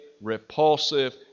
repulsive